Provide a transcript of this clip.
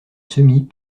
semis